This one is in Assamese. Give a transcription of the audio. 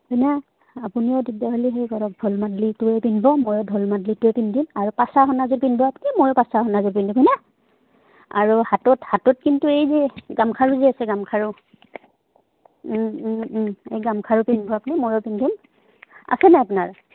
হেনে আপুনিও তেতিয়াহ'লে সেই কৰক ধোল মাদলিটোৱে পিন্ধিব ময়ো ধোল মাদলিটোৱে পিন্ধিম আৰু আপনি ময়ো পাচা সোনাযোৰ পিন্ধিম হেনে আৰু হাতত হাতত কিন্তু এই যে গামখাৰো যি আছে গামখাৰু এই গামখাৰু পিন্ধব আপুনি ময়ো পিন্ধিম আছেনে আপোনাৰ